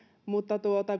mutta